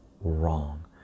wrong